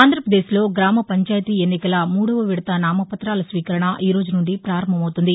ఆంధ్రపదేశ్లో గ్రామ పంచాయతీ ఎన్నికల కివ విదత నామపతాల స్వీకరణ ఈరోజు నుండి ప్రారంభమవుతుంది